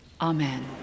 Amen